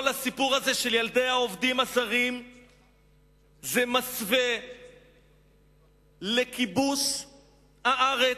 כל הסיפור הזה של ילדי העובדים הזרים זה מסווה לכיבוש הארץ,